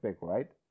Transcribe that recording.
right